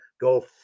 Go